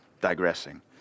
digressing